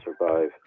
survive